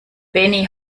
benny